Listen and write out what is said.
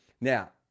Now